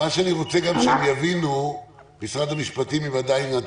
נציגי משרד המשפטים, אני אומר משהו כללי.